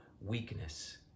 weakness